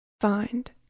find